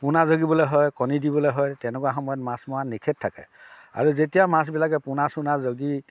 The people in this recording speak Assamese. পোনা জগিবলৈ হয় কণী দিবলৈ হয় তেনেকুৱা সময়ত মাছ মৰা নিষেধ থাকে আৰু যেতিয়া মাছবিলাকে পোনা চোনা জগি